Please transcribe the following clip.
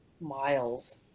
miles